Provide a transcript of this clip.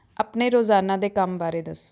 ਆਪਣੇ ਰੋਜ਼ਾਨਾ ਦੇ ਕੰਮ ਬਾਰੇ ਦੱਸੋ